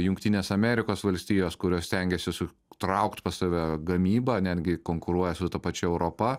jungtinės amerikos valstijos kurios stengiasi su traukt pas save gamybą netgi konkuruoja su ta pačia europa